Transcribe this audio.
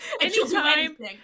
Anytime